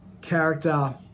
character